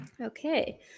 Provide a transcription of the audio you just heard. Okay